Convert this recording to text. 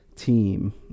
team